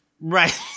Right